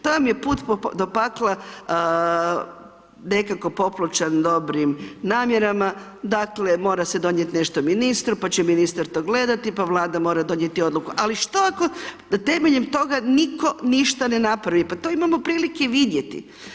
To vam je put do pakla, nekako popločan dobrim namjerama, dakle, mora se donijeti nešto ministru, pa će ministar to gledati, pa vlada mora donijeti odluku, ali što ako na temelju toga nitko ništa ne napravi, pa to imamo prilike vidjeti.